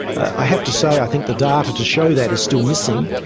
i have to say i think the data to show that is still missing,